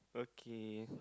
okay